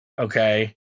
okay